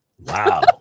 Wow